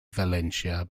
valentia